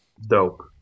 dope